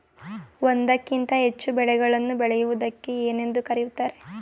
ಒಂದಕ್ಕಿಂತ ಹೆಚ್ಚು ಬೆಳೆಗಳನ್ನು ಬೆಳೆಯುವುದಕ್ಕೆ ಏನೆಂದು ಕರೆಯುತ್ತಾರೆ?